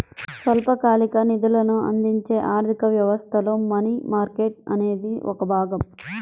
స్వల్పకాలిక నిధులను అందించే ఆర్థిక వ్యవస్థలో మనీ మార్కెట్ అనేది ఒక భాగం